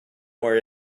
worry